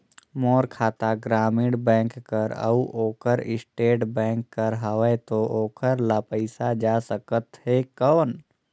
मोर खाता ग्रामीण बैंक कर अउ ओकर स्टेट बैंक कर हावेय तो ओकर ला पइसा जा सकत हे कौन?